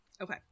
Okay